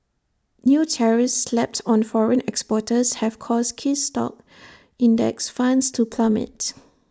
new tariffs slapped on foreign exporters have caused key stock index funds to plummet